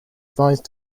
advised